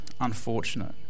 unfortunate